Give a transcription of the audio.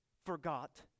forgot